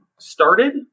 Started